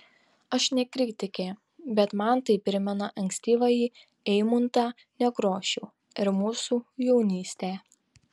aš ne kritikė bet man tai primena ankstyvąjį eimuntą nekrošių ir mūsų jaunystę